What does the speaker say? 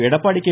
Edappadi K